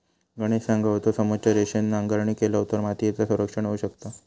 गणेश सांगा होतो, समोच्च रेषेन नांगरणी केलव तर मातीयेचा संरक्षण होऊ शकता